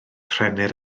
rhennir